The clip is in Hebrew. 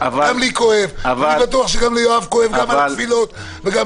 אבידר, תלך